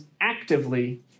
actively